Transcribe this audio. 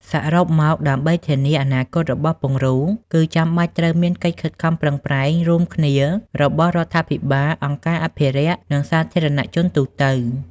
សរុបមកដើម្បីធានាអនាគតរបស់ពង្រូល គឺចាំបាច់ត្រូវមានកិច្ចខិតខំប្រឹងប្រែងរួមគ្នារបស់រដ្ឋាភិបាល អង្គការអភិរក្ស និងសាធារណជនទូទៅ។